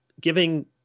giving